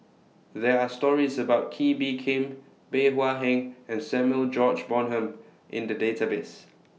There Are stories about Kee Bee Khim Bey Hua Heng and Samuel George Bonham in The Database